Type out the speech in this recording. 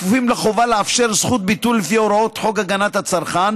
הכפופים לחובה לאפשר זכות ביטול לפי הוראות חוק הגנת הצרכן